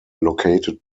located